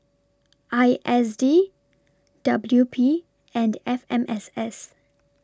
I S D W P and F M S S